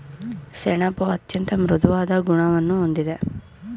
ಸೆಣಬು ಅತ್ಯಂತ ಮೃದುವಾದ ಗುಣವನ್ನು ಹೊಂದಿದೆ